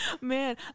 Man